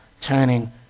turning